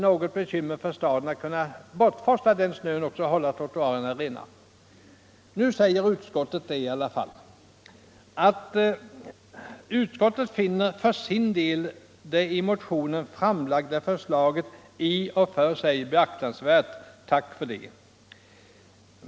Staden borde forsla bort snön och hålla trottoarerna rena. Utskottet skriver: ”Utskottet finner för sin del det i motionen framlagda förslaget i och för sig beaktansvärt.” Tack för det!